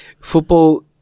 football